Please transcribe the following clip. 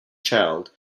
child